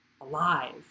alive